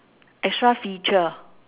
extra feature